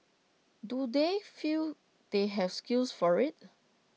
do they feel they have skills for IT